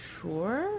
Sure